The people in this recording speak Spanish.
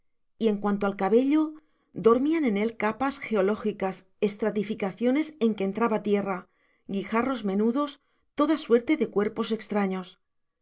y en cuanto al cabello dormían en él capas geológicas estratificaciones en que entraba tierra guijarros menudos toda suerte de cuerpos extraños